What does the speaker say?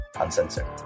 Uncensored